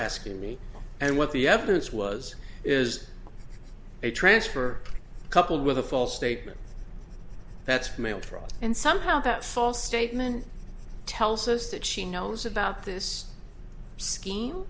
asking me and what the evidence was is a transfer coupled with a false statement that's mail fraud and somehow that false statement tells us that she knows about this scheme